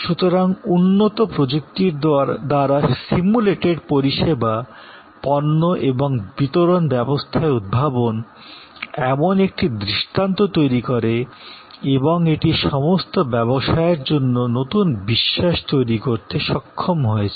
সুতরাং উন্নত প্রযুক্তির দ্বারা সিমুলেটেড পরিষেবা পণ্য এবং বিতরণ ব্যবস্থায় উদ্ভাবন এমন একটি দৃষ্টান্ত তৈরি করে এবং এটি সমস্ত ব্যবসায়ের জন্য নতুন বিশ্বাস তৈরি করতে সক্ষম হয়েছে